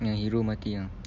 ya hero mati ah